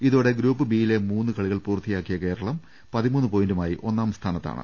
ഇതോടെ group B യില്ല് മൂന്ന് കളികൾ പൂർത്തിയാക്കിയ കേരളം പതി മൂന്ന് പോയിന്റുമായി ഒന്നാം സ്ഥാനത്താണ്